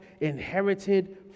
inherited